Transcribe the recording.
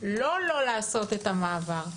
לא לא לעשות את המעבר,